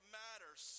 matters